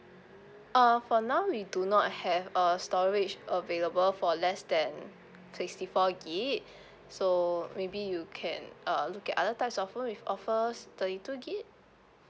uh for now we do not have a storage available for less than sixty four gig so maybe you can uh look at other types of phone which offers thirty two gig